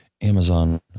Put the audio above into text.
Amazon